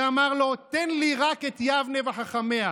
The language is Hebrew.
ואמר לו: תן לי רק את יבנה וחכמיה.